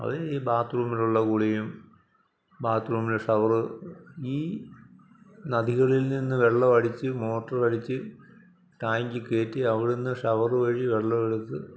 അതീ ബാത്റൂമിലുള്ള കുളിയും ബാത്റൂമിലെ ഷവര് ഈ നദികളിൽനിന്ന് വെള്ളമടിച്ച് മോട്ടോറടിച്ച് ടാങ്കില് കയറ്റി അവിടെനിന്ന് ഷവര് വഴി വെള്ളമെടുത്ത്